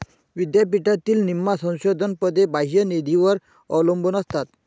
विद्यापीठातील निम्म्या संशोधन पदे बाह्य निधीवर अवलंबून असतात